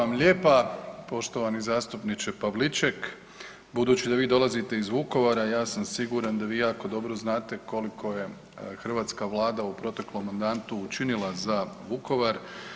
Hvala vam lijepa poštovani zastupniče Pavliček, budući da vi dolazite iz Vukovara ja sam siguran da vi jako dobro znate koliko je hrvatska Vlada u proteklom mandatu učinila za Vukovar.